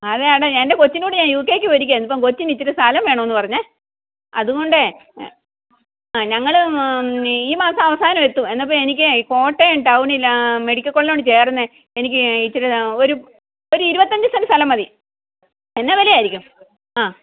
അതെയതെ എൻ്റെ കോച്ചിൻറ്റെ കൂടെ ഞാൻ യു കെക്കു പോയിരിക്കുകയിരുന്നു ഇപ്പം കൊച്ചിന് ഇച്ചിരി സ്ഥലം വേണമെന്നു പറഞ്ഞത് അതു കൊണ്ടേ ഞങ്ങൾ ഈ മാസം അവസാനം എത്തും എന്നപ്പോൾ എനിക്ക് കോട്ടയം ടൗണിലാണ് ആ മെഡിക്കൽ കോളേജിനോടു ചേർന്ന് എനിക്ക് ഇച്ചിരി ഒരു ഒരു ഇരുപത്തഞ്ച് സെൻറ്റ് സ്ഥലം മതി എന്നാൽ വിലയായിരിക്കും ആ